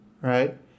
right